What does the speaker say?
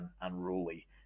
unruly